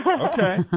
Okay